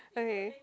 okay